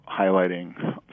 highlighting